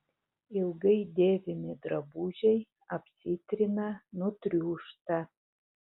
ilgai dėvimi drabužiai apsitrina nutriūšta